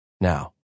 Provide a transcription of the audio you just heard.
Now